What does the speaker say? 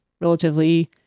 relatively